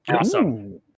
awesome